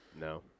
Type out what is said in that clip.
No